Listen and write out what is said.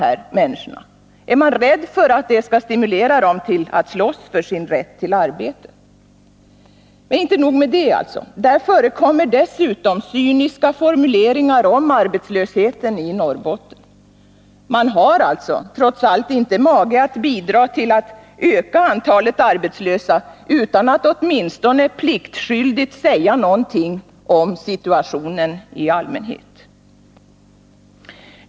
Är man rädd för att det skall stimulera dem till att slåss för sin rätt till arbete? Det är alltså inte nog med det. I Handlingsprogram 82 förekommer dessutom cyniska formuleringar om arbetslösheten i Norrbotten. Man har trots allt inte mage att bidra till att öka antalet arbetslösa utan att åtminstone pliktskyldigt säga någonting om situationen i allmänhet.